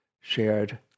shared